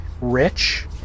rich